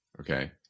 Okay